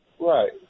Right